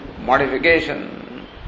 modification